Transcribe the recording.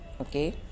okay